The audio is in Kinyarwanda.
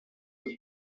hon